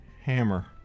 Hammer